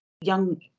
young